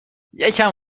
یکم